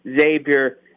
Xavier